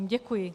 Děkuji.